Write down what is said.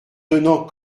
donnant